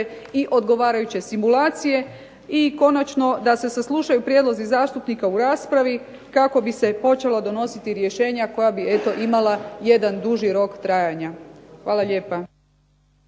i odgovarajuće simulacije i konačno, da se saslušaju prijedlozi zastupnika u raspravi kako bi se počelo donositi rješenja koja bi eto imala jedan duži rok trajanja. Hvala lijepa.